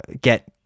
get